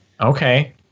Okay